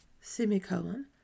Semicolon